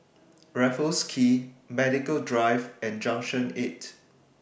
Raffles Quay Medical Drive and Junction eight